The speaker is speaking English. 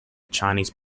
chinese